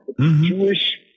Jewish